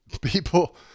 people